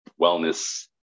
wellness